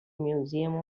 museum